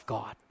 God